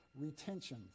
retention